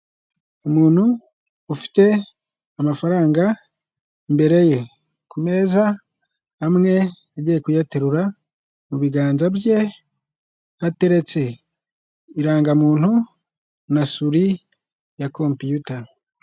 Umuntu ufite amafaranga imbere ye ku meza, amwe agiye kuyaterura mu biganza bye, hateretse irangamuntu na suri ya komputa.